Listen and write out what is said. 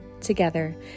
together